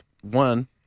one